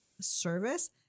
service